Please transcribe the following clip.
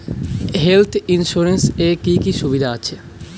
Health insurance এ কি কি সুবিধা আছে?